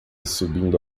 subindo